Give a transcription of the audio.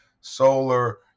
solar